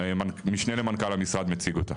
המשנה למנכ"ל המשרד מציג אותה.